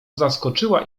zaskoczyła